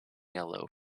yellow